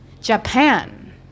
Japan